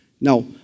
Now